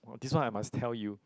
this one I must tell you